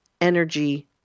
energy